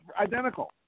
identical